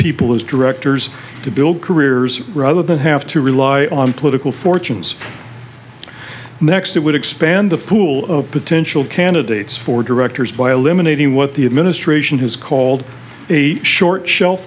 people as directors to build careers rather than have to rely on political fortunes next it would expand the pool of potential candidates for directors by eliminating what the administration has called a short shelf